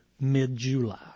mid-July